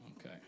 Okay